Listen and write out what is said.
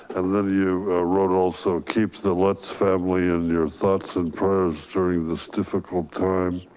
i love you wrote also keeps the lutz family in your thoughts and friends during this difficult time.